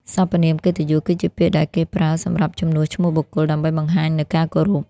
សព្វនាមកិត្តិយស គឺជាពាក្យដែលគេប្រើសម្រាប់ជំនួសឈ្មោះបុគ្គល ដើម្បីបង្ហាញនូវការគោរព។